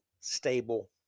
stable